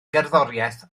gerddoriaeth